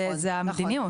זו המדיניות.